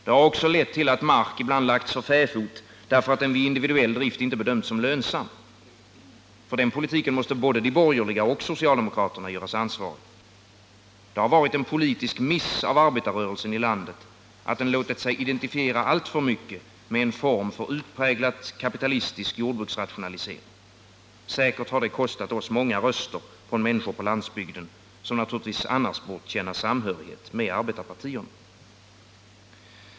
Det har också lett till att mark ibland lagts för fäfot, därför att den vid individuell drift inte bedömts som lönsam. För den politiken måste både de borgerliga och socialdemokraterna göras ansvariga. Det har varit en politisk miss av arbetarrörelsen i landet, att den låtit sig identifiera alltför mycket med en form för utpräglat kapitalistisk jordbruksrationalisering. Säkert har det kostat oss många röster från människor på landsbygden som naturligt bort känna samhörighet med arbetarpartierna.